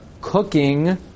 Cooking